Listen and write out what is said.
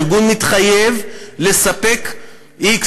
הארגון מתחייב לספק x,